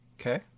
Okay